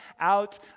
out